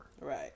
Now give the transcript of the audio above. Right